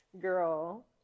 girl